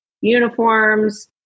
uniforms